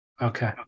Okay